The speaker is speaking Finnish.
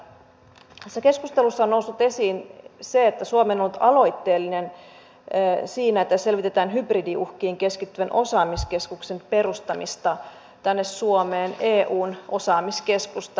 tässä keskustelussa on noussut esiin se että suomi on ollut aloitteellinen siinä että selvitetään hybridiuhkiin keskittyvän osaamiskeskuksen perustamista tänne suomeen eun osaamiskeskusta